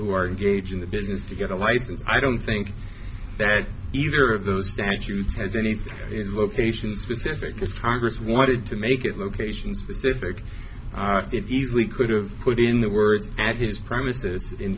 who are engaged in the business to get a license i don't think that either of those statutes has anything is locations pacifica's congress wanted to make it location specific it easily could have put in the words at his premises in